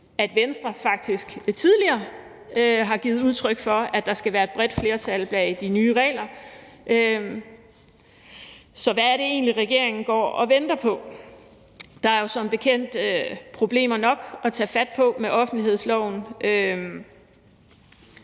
at Venstre faktisk tidligere har givet udtryk for, at der skal være et bredt flertal bag de nye regler. Så hvad er det egentlig, regeringen går og venter på? Der er jo som bekendt problemer nok at tage fat på med offentlighedsloven,